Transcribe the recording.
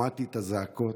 שמעתי את הזעקות,